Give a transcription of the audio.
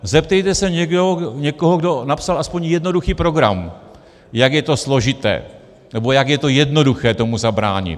Zeptejte se někoho, kdo napsal aspoň jednoduchý program, jak je to složité, nebo jak je to jednoduché tomu zabránit.